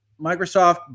Microsoft